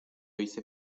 hice